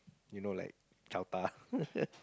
you know like chaota